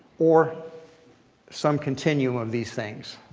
or some continuum of these things,